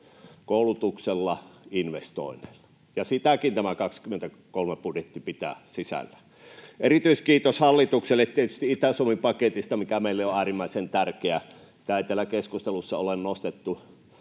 koulutuksella ja investoinneilla, että Suomen kasvu jatkuu. Sitäkin tämä vuoden 23 budjetti pitää sisällään. Erityiskiitos hallitukselle tietysti Itä-Suomi-paketista, joka meille on äärimmäisen tärkeä. Sitä ei täällä keskustelussa ole nostettu